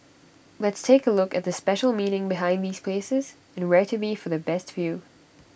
let's take A look at the special meaning behind these places and where to be for the best view